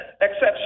exception